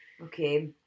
Okay